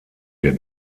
der